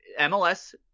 MLS